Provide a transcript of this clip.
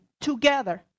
Together